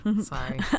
Sorry